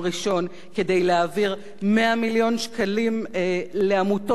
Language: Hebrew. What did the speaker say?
כדי להעביר 100 מיליון שקלים לעמותות חסד